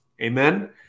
Amen